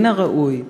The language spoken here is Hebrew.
מן הראוי,